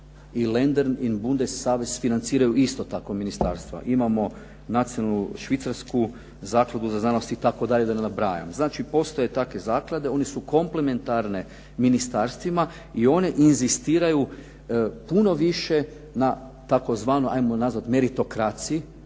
i Landern in Bundessavez financiraju isto tako ministarstva. Imamo nacionalnu švicarsku zakladu za znanost itd. da ne nabrajam. Znači, postoje takve zaklade, one su komplementarne ministarstvima i one inzistiraju puno više na tzv. 'ajmo nazvat meritokraciji,